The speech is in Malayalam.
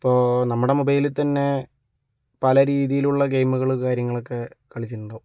ഇപ്പോൾ നമ്മുടെ മൊബൈലിൽ തന്നെ പല രീതീലുള്ള ഗെയിമുകൾ കാര്യങ്ങളൊക്കെ കളിച്ചിട്ടുണ്ടാവും